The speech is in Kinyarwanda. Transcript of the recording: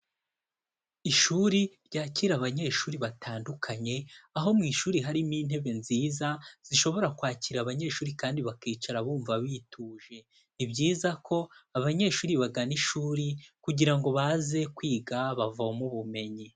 Ishuri ryakira abanyeshuri batandukanye, aho mu ishuri harimo intebe nziza zishobora kwakira abanyeshuri kandi bakicara bumva batuje, ni byiza ko abanyeshuri bagana ishuri kugirango baze kwiga bavoma ubumenyi.